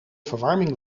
verwarming